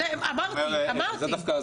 אמרתי, אמרתי.